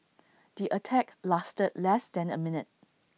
the attack lasted less than A minute